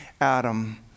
Adam